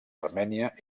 armènia